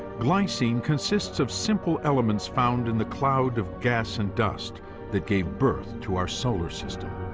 glycine consists of simple elements found in the cloud of gas and dust that gave birth to our solar system.